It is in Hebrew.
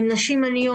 הן נשים עניות,